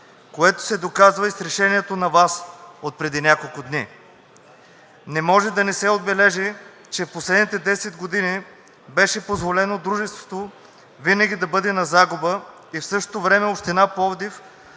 което се доказва и с решението на ВАС отпреди няколко дни. Не може да не се отбележи, че в последните 10 години беше позволено Дружеството винаги да бъде на загуба и в същото време Община Пловдив